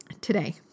today